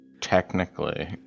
technically